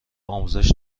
آموزش